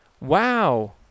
wow